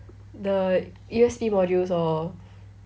the U_S_P modules orh